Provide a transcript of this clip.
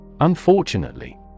Unfortunately